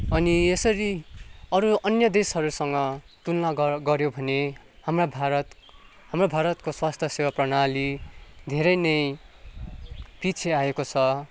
अनि यसरी अरू अन्य देशहरूसँग तुलना गर गर्यो भने हाम्रा भारत हाम्रो भारतको स्वास्थ्य सेवा प्रणाली धेरै नै पिछे आएको छ